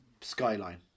skyline